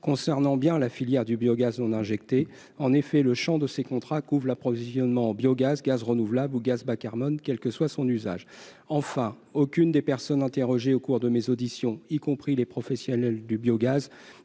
concernent bien la filière du biogaz non injecté. En effet, leur champ couvre l'approvisionnement en biogaz, gaz renouvelable ou gaz bas-carbone, quel que soit son usage. Enfin, aucune des personnes interrogées au cours de nos auditions, y compris les professionnels du biogaz,